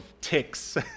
ticks